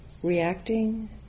Reacting